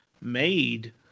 made